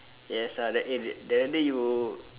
yes I will eat it that day you